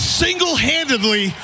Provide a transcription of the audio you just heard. single-handedly